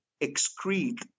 excrete